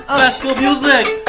classical music!